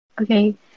Okay